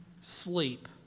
sleep